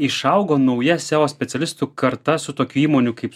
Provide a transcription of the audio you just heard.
išaugo nauja seo specialistų karta su tokių įmonių kaip